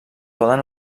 poden